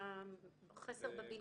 החסר בבינוי.